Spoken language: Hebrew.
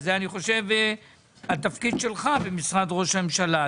זה אני חושב התפקיד שלך, במשרד ראש הממשלה.